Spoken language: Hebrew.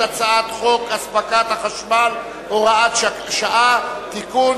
הצעת חוק הספקת החשמל (הוראת שעה) (תיקון,